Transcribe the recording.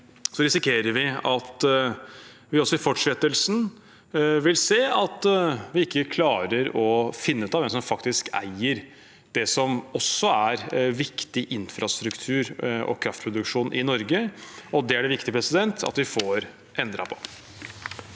risikerer vi at vi også i fortsettelsen vil se at vi ikke klarer å finne ut av hvem som faktisk eier det som også er viktig infrastruktur og kraftproduksjon i Norge. Det er det viktig at vi får endret på.